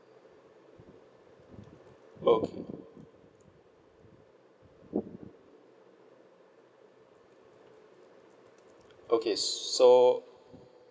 okay okay so